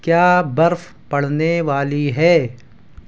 کیا برف پڑنے والی ہے